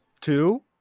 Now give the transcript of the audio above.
Two